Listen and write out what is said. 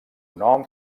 nom